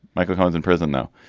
michael collins in prison, though,